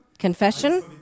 Confession